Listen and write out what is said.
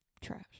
Trash